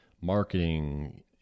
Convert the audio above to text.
marketing